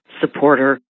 supporter